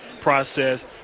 process